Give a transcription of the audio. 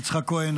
יצחק כהן,